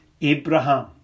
Abraham